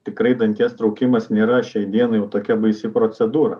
tikrai danties traukimas nėra šiai dienai jau tokia baisi procedūra